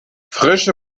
frische